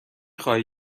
خواهی